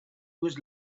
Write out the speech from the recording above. was